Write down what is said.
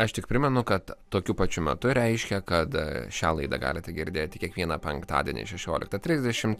aš tik primenu kad tokiu pačiu metu reiškia kad šią laidą galite girdėti kiekvieną penktadienį šešioliktą trisdešimt